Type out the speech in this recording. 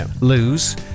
lose